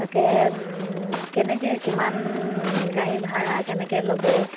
তাকে কেনেকৈ কিমান গাড়ী ভাড়া কেনেকৈ ল'ব